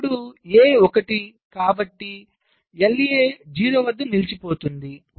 ఇప్పుడు A 1 కాబట్టి LA 0 వద్ద నిలిచిపోతుంది